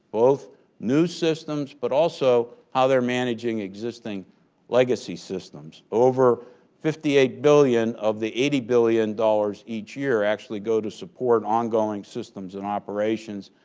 both new systems, but also how they're managing existing legacy systems. over fifty eight billion of the eighty billion dollars each year actually go to support ongoing systems and operations,